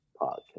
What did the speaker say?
Podcast